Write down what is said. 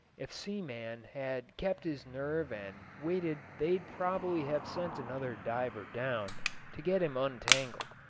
if seaman had kept his nerve and waited they'd prob'bly have sent another diver down to get him untangled,